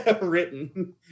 written